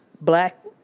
black